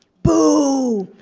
boom!